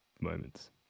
moments